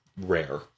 rare